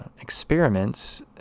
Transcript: experiments